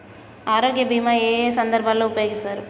ఆరోగ్య బీమా ఏ ఏ సందర్భంలో ఉపయోగిస్తారు?